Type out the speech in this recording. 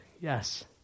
yes